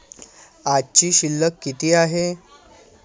आजची शिल्लक किती आहे?